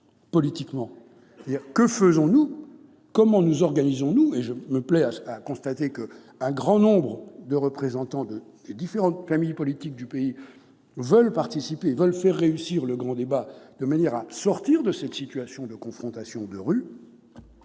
politiquement. Que faire ? Comment nous organiser ? Je me plais à constater qu'un grand nombre de représentants des différentes familles politiques du pays veulent participer et faire réussir le grand débat national, de manière à sortir de cette situation de confrontation de rue.